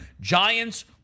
Giants